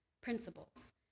principles